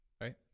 right